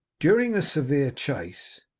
during a severe chase,